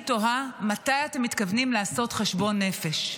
תוהה: מתי אתם מתכוונים לעשות חשבון נפש?